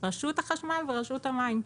רשות החשמל ורשות המים.